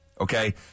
Okay